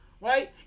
Right